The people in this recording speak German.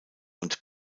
und